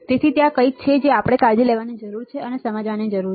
તેથી ત્યાં કંઈક છે જે આપણે કાળજી લેવાની જરૂર છે તે સમજવાની જરૂર છે